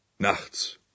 nachts